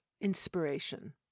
inspiration